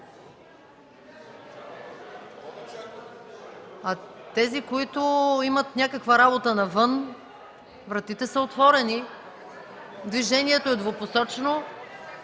За тези, които имат някаква работа навън, вратите са отворени. Движението е двупосочно.